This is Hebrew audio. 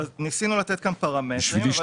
ניסינו לתת כאן פרמטרים של